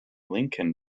lincoln